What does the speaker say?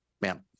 ma'am